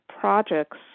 projects